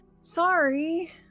Sorry